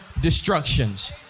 destructions